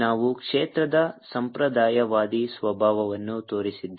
ನಾವು ಕ್ಷೇತ್ರದ ಸಂಪ್ರದಾಯವಾದಿ ಸ್ವಭಾವವನ್ನು ತೋರಿಸಿದ್ದೇವೆ